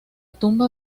tumba